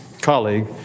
colleague